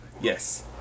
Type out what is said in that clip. Yes